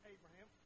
Abraham